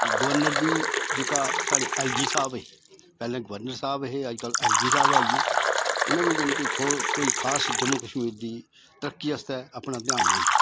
governor दी जेहका साढ़े एल जी साह्ब हे पैह्लें गवर्नर साह्ब हे अज्जकल एल जी साह्ब आई गे उ'नें बी जानि के कोई खास जम्मू कश्मीर दी तरक्की अपना ध्यान नेईं दित्ता